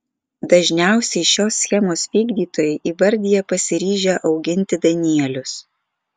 dažniausiai šios schemos vykdytojai įvardija pasiryžę auginti danielius